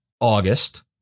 August